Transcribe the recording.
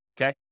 okay